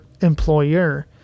employer